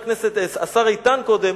השר איתן שאמר קודם